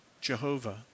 Jehovah